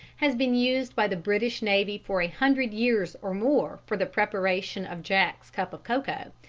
has been used by the british navy for a hundred years or more for the preparation of jack's cup of cocoa.